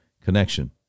connection